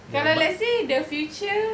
a fellow let's say the future